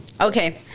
Okay